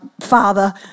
father